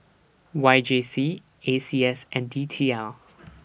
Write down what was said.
Y J C A C S and D T L